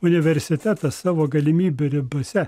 universitetas savo galimybių ribose